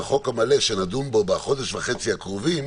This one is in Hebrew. בחוק המלא שנדון בו בחודש וחצי הקרובים,